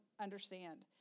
understand